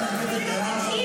לא אכפת לך?